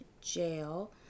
jail